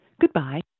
Goodbye